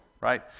right